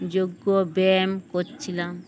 যজ্ঞ ব্যায়াম করছিলাম